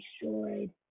destroyed